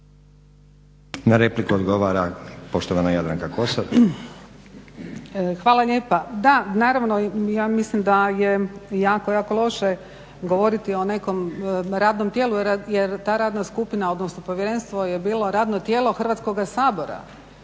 Na repliku odgovara poštovana Jadranka Kosor. **Kosor, Jadranka (Nezavisni)** Hvala lijepa. Da, naravno ja mislim da je jako, jako loše govoriti o nekom radnom tijelu jer ta radna skupina odnosno povjerenstvo je bilo radno tijelo Hrvatskoga sabora,